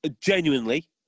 genuinely